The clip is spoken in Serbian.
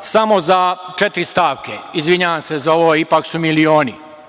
samo za četiri stavke. Izvinjavam se za ovo, ipak su milioni. Daleko